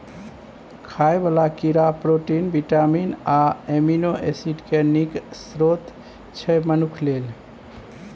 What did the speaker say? खाइ बला कीड़ा प्रोटीन, बिटामिन आ एमिनो एसिड केँ नीक स्रोत छै मनुख लेल